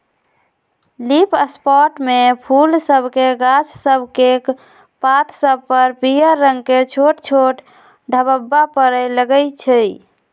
leaf spot में फूल सभके गाछ सभकेक पात सभ पर पियर रंग के छोट छोट ढाब्बा परै लगइ छै